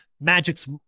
magic's